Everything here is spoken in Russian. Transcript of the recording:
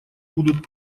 будут